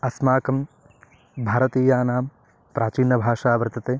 अस्माकं भारतीयानां प्राचीनभाषा वर्तते